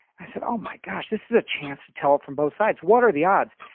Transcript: i said, oh my gosh, this is a chance to tell it from both sides. what are the odds?